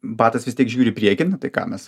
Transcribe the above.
batas vis tiek žiūri į priekį nu tai ką mes